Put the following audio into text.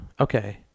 Okay